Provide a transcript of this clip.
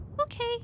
Okay